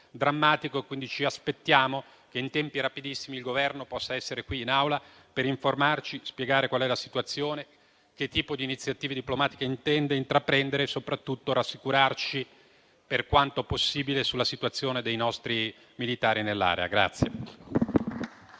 drammatico e ci aspettiamo che in tempi rapidissimi il Governo possa essere qui in Aula per informarci, spiegare qual è la situazione, che tipo di iniziative diplomatiche intende intraprendere e soprattutto rassicurarci, per quanto possibile, sulla situazione dei nostri militari nell'area.